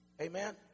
Amen